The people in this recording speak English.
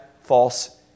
false